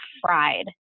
fried